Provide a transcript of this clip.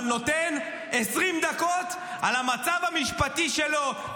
אבל נותן 20 דקות על המצב המשפטי שלו,